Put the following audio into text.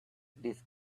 this